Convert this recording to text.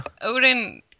Odin